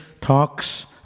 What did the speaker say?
talks